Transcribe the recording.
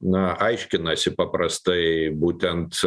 na aiškinasi paprastai būtent